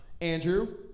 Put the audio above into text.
Andrew